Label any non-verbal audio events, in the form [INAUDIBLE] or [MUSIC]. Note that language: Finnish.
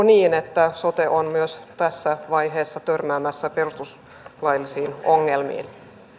[UNINTELLIGIBLE] niin että sote on myös tässä vaiheessa törmäämässä perustuslaillisiin ongelmiin